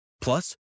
Plus